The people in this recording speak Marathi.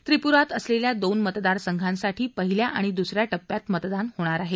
त्रिपुरात असलेल्या दोन मतदारसंघांसाठी पहिल्या आणि दुसर्या टप्प्यात मतदान होणार आहे